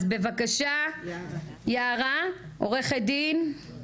בבקשה, יערה, עורכת דין.